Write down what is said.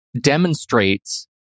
demonstrates